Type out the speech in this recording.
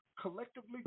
collectively